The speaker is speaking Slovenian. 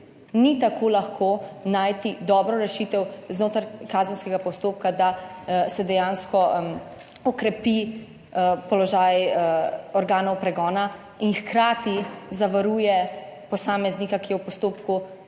Ni tako lahko najti dobro rešitev znotraj kazenskega postopka, da se dejansko okrepi položaj organov pregona in hkrati zavaruje posameznika, ki je v postopku,